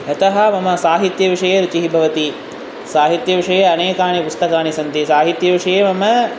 अतः मम साहित्यविषये रुचिः भवति साहित्यविषये अनेकानि पुस्तकानि सन्ति साहित्यविषये मम